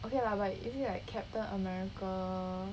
okay lah but you see like captain america